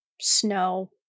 snow